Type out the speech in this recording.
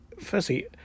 firstly